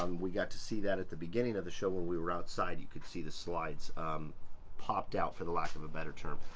um we got to see that at the beginning of the show. when we were outside you could see the slides popped out, for the lack of a better term.